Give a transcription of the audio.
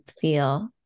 feel